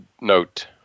note